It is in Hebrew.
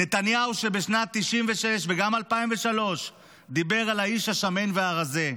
נתניהו בשנת 1996 וגם ב-2003 דיבר על האיש השמן והרזה,